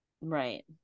Right